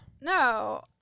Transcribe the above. No